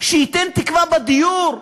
שייתן תקווה בדיור,